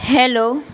hello